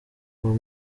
uwo